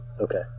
Okay